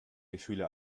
gefühle